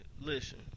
Listen